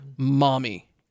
mommy